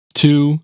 two